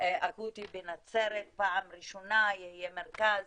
אקוטי בנצרת, פעם ראשונה יהיה מרכז